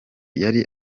yari